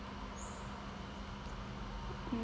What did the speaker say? mm